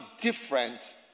different